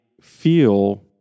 feel